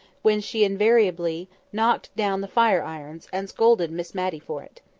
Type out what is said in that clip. when she invariably knocked down the fire-irons, and scolded miss matty for it.